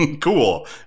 Cool